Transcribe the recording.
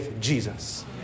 Jesus